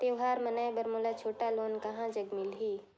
त्योहार मनाए बर मोला छोटा लोन कहां जग मिलही?